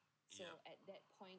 yeah